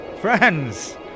friends